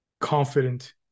confident